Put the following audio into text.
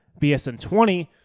BSN20